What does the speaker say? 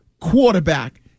quarterback